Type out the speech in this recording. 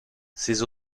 ces